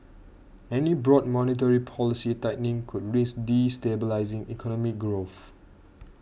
any broad monetary policy tightening could risk destabilising economic growth